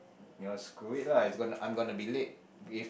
you know screw it lah I'm I'm going to be late if